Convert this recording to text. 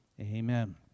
Amen